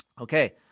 Okay